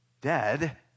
dead